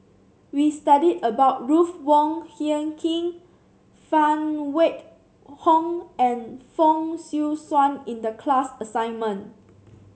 we study about Ruth Wong Hie King Phan Wait Hong and Fong Swee Suan in the class assignment